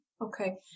Okay